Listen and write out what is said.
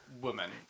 woman